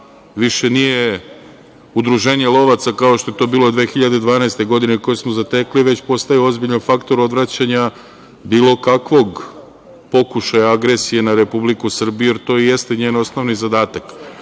više nije udruženje lovaca kao što je to bila 2012. godine, koju smo zatekli, već postaje ozbiljan faktor odvraćanja bilo kakvog pokušaja agresije na Republiku Srbiju jer to jeste njen osnovni zadatak. Sada